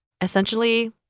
Essentially